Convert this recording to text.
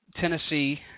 tennessee